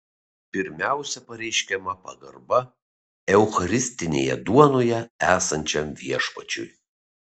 pirmiausia pareiškiama pagarba eucharistinėje duonoje esančiam viešpačiui